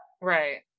Right